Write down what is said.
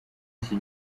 iki